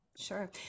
Sure